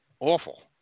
Awful